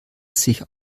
sich